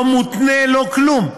לא מותנה, לא כלום.